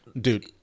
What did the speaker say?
dude